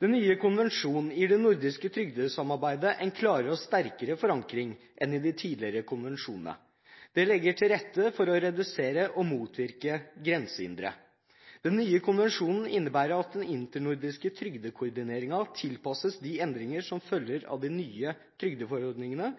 Den nye konvensjonen gir det nordiske trygdesamarbeidet en klarere og sterkere forankring enn i de tidligere konvensjonene. Det legger til rette for å redusere og motvirke grensehindre. Den nye konvensjonen innebærer at den internordiske trygdekoordineringen tilpasses de endringer som følger av de nye trygdeforordningene,